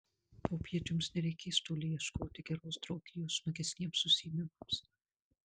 popiet jums nereikės toli ieškoti geros draugijos smagesniems užsiėmimams